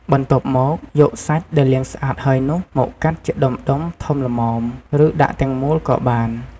បន្ទាប់មក យកសាច់ដែលលាងស្អាតហើយនោះ មកកាត់ជាដុំៗធំល្មម ឬដាក់ទាំងមូលក៏បាន។